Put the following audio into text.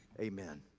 amen